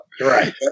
Right